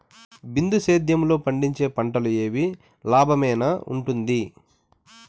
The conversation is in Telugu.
బిందు సేద్యము లో పండించే పంటలు ఏవి లాభమేనా వుంటుంది?